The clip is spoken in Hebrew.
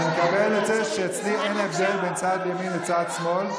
אני מקבל את זה שאצלי אין הבדל בין צד ימין לצד שמאל.